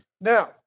now